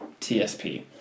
TSP